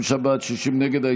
55 בעד, 60 נגד.